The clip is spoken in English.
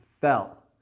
fell